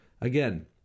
Again